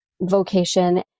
vocation